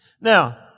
Now